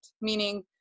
Meaning